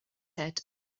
head